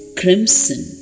crimson